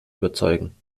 überzeugen